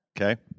Okay